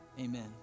Amen